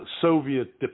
Soviet